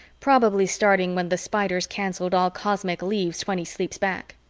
probably starting when the spiders canceled all cosmic leaves twenty sleeps back.